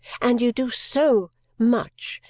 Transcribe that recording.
and you do so much,